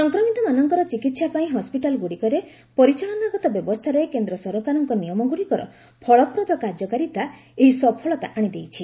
ସଂକ୍ରମିତମାନଙ୍କର ଚିକିତ୍ସା ପାଇଁ ହସ୍କିଟାଲ ଗୁଡ଼ିକରେ ପରିଚାଳନାଗତ ବ୍ୟବସ୍ଥାରେ କେନ୍ଦ୍ର ସରକାରଙ୍କ ନିୟମଗୁଡ଼ିକର ଫଳପ୍ରଦ କାର୍ଯ୍ୟକାରୀତା ଏହି ସଫଳତା ଆଣିଦେଇଛି